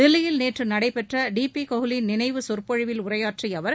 தில்லியில் நேற்று நடைபெற்ற டி பி கோலி நினைவு சொற்பொழிவில் உரையாற்றிய அவர்